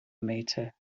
mata